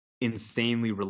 insanely